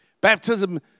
Baptism